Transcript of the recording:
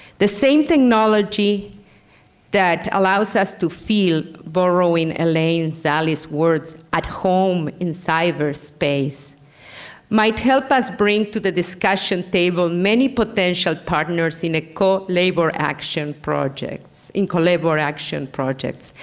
the same technology that allows us to feel borrowing elaine so elaine words at home in cyberspace might help us bring to the discussion table many potential partners in a co-labor action projects, in co-labor action projects.